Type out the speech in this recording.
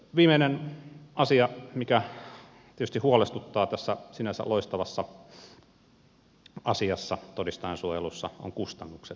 viimeinen asia mikä tietysti huolestuttaa tässä sinänsä loistavassa asiassa todistajansuojelussa ovat kustannukset